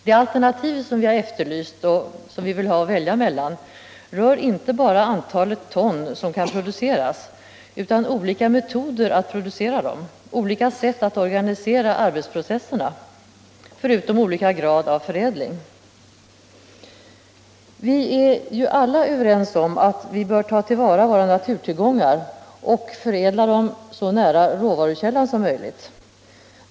De alternativ som vi efterlyser gäller inte bara antalet ton som kan produceras utan också olika metoder att producera dem, olika sätt att organisera arbetsprocesserna — förutom olika grad av förädling. Vi är ju alla överens om att ta till vara våra naturtillgångar och förädla dem så nära råvarukällan som möjligt.